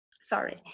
sorry